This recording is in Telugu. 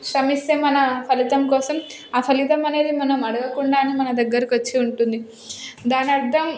శ్రమిస్తే మన ఫలితం కోసం ఆ ఫలితం అనేది మనం అడగకుండానే మన దగ్గరికి వచ్చి ఉంటుంది దానర్థం